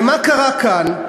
ומה קרה כאן?